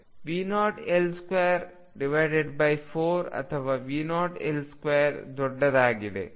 V0L24 ಅಥವಾ V0L2 ದೊಡ್ಡದಾಗಿದೆ